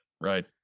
right